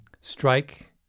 strike